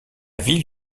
ville